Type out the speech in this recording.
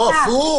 הפוך.